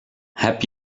heb